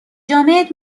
جامد